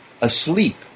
asleep